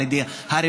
על ידי הרווחה,